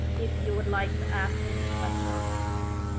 if you would like to ask any questions.